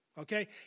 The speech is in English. okay